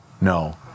no